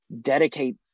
dedicate